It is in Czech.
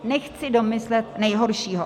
Nechci domyslet nejhoršího.